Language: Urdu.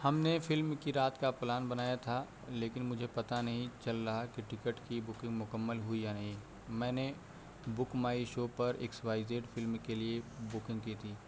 ہم نے فلم کی رات کا پلان بنایا تھا لیکن مجھے پتہ نہیں چل رہا کہ ٹکٹ کی بکنگ مکمل ہوئی یا نہیں میں نے بک مائی شو پر ایکس وائی زیڈ فلم کے لیے بکنگ کی تھی